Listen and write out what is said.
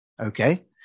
Okay